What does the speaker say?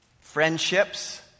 friendships